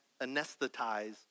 anesthetize